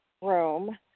room